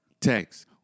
text